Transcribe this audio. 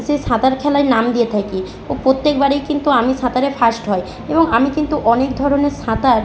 সেই সাঁতার খেলায় নাম দিয়ে থাকি প্রত্যেকবারেই কিন্তু আমি সাঁতারে ফার্স্ট হই এবং আমি কিন্তু অনেক ধরনের সাঁতার